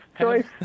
choice